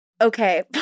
Okay